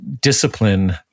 discipline